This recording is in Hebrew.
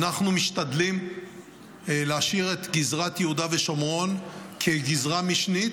אנחנו משתדלים להשאיר את גזרת יהודה ושומרון כגזרה משנית,